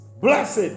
Blessed